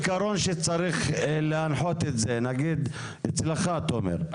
העיקרון שצריך להנחות את זה, נגיד, אצלך תומר?